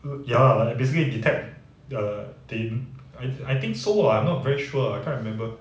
ya lah basically detect the team I I think so lah I'm not very sure I can't remember